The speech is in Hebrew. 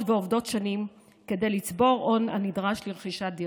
ועובדות שנים כדי לצבור הון הנדרש לרכישת דירה.